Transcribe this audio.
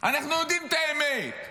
אנחנו יודעים את האמת.